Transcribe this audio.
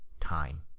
Time